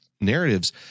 narratives